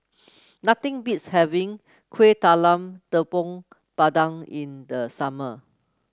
nothing beats having Kueh Talam Tepong Pandan in the summer